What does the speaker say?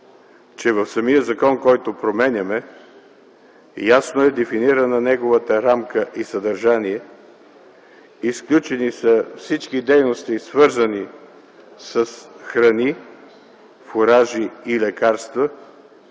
че в самия закон, който променяме, ясно е дефинирана неговата рамка и съдържание, изключени са всички дейности, свързани с храни, фуражи и лекарства